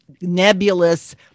nebulous